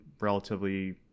relatively